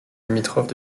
limitrophe